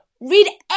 Read